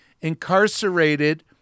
incarcerated